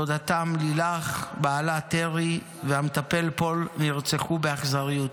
דודתם לילך, בעלה תרי והמטפל פול נרצחו באכזריות.